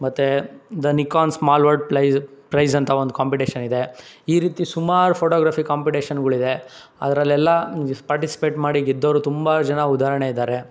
ಮತ್ತು the Nikon small world prize prize ಅಂತ ಒಂದು ಕಾಂಪಿಟೀಷನ್ ಇದೆ ಈ ರೀತಿ ಸುಮಾರು ಫೋಟೋಗ್ರಫಿ ಕಾಂಪಿಟೇಷನ್ಗಳಿದೆ ಅದರಲ್ಲೆಲ್ಲ ಪಾರ್ಟಿಸಿಪೇಟ್ ಮಾಡಿ ಗೆದ್ದವರು ತುಂಬ ಜನ ಉದಾಹರಣೆ ಇದ್ದಾರೆ